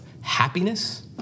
happiness